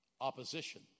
opposition